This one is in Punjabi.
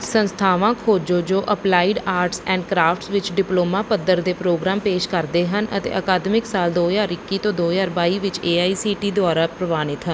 ਸੰਸਥਾਵਾਂ ਖੋਜੋ ਜੋ ਅਪਲਾਈਡ ਆਰਟਸ ਐਂਡ ਕਰਾਫਟਸ ਵਿੱਚ ਡਿਪਲੋਮਾ ਪੱਧਰ ਦੇ ਪ੍ਰੋਗਰਾਮ ਪੇਸ਼ ਕਰਦੇ ਹਨ ਅਤੇ ਅਕਾਦਮਿਕ ਸਾਲ ਦੋ ਹਜ਼ਾਰ ਇੱਕੀ ਤੋਂ ਦੋ ਹਜ਼ਾਰ ਬਾਈ ਵਿੱਚ A I C T E ਦੁਆਰਾ ਪ੍ਰਵਾਨਿਤ ਹਨ